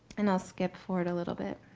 and i'll skip forward a little bit.